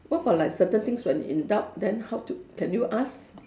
what about like certain things when in doubt then how to can you ask